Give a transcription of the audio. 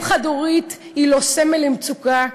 אם חד-הורית היא לא סמל למצוקה,